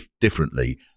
differently